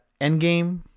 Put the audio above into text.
Endgame